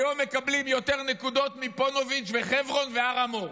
היום מקבלים יותר נקודות מפוניבז' וחברון והר המור.